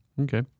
Okay